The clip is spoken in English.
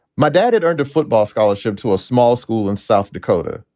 my dad had earned a football scholarship to a small school in south dakota.